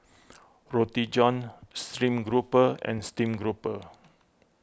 Roti John Stream Grouper and Steamed Grouper